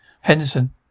Henderson